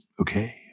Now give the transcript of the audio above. Okay